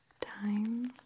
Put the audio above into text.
time